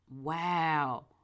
Wow